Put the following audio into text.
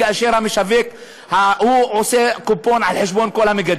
כאשר המשווק עושה קופה על חשבון כל המגדלים.